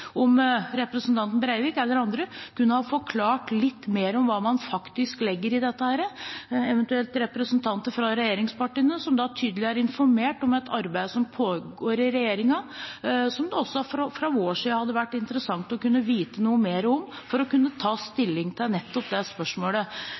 om representanten Breivik kunne ha forklart litt mer om hva man faktisk legger i dette, eventuelt representanter fra regjeringspartiene, som tydeligvis er informert om et arbeid som pågår i regjeringen, og som det også fra vår side hadde vært interessant å vite noe mer om for å kunne ta